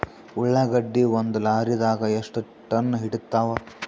ಉಳ್ಳಾಗಡ್ಡಿ ಒಂದ ಲಾರಿದಾಗ ಎಷ್ಟ ಟನ್ ಹಿಡಿತ್ತಾವ?